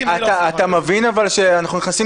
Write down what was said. ואתה פוגע ביכולת של הכנסת